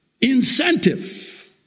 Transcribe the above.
incentive